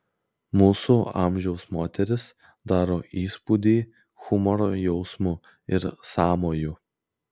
mūsų amžiaus moteris daro įspūdį humoro jausmu ir sąmoju